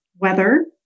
weather